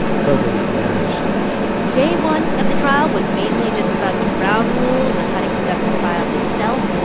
president of the united states day one of the trial was mainly just about the ground rules of how to conduct the trial itself.